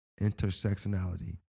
intersectionality